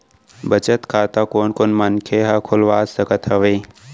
बचत खाता कोन कोन मनखे ह खोलवा सकत हवे?